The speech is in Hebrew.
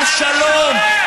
על שלום,